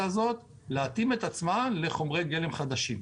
הזאת להתאים את עצמן לחומרי גלם חדשים.